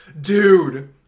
Dude